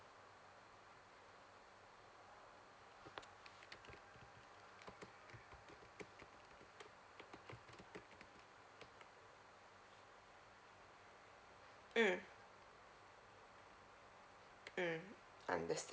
mm mm understand